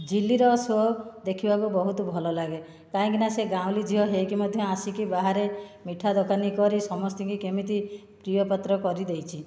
ଝିଲି ର ସୋ ଦେଖିବାକୁ ବହୁତ ଭଲ ଲାଗେ କାହିଁକି ନା ସିଏ ଗାଉଁଲି ଝିଅ ହୋଇକି ମଧ୍ୟ ଆସିକି ବାହାରେ ମିଠା ଦୋକାନ କରି ସମସ୍ତଙ୍କି କେମିତି ପ୍ରିୟ ପାତ୍ର କରିଦେଇଛି